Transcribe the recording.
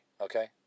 okay